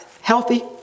healthy